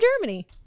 Germany